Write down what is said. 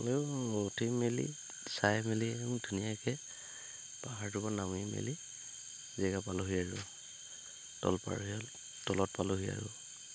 মেলি চাই মেলি ধুনীয়াকে পাহাৰটোৰ পৰা নামি মেলি জেগা পালোহি আৰু তলত পালোহী আৰু